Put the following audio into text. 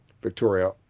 Victoria